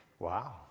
Wow